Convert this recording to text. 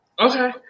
Okay